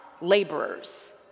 laborers